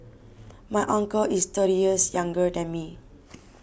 my uncle is thirty years younger than me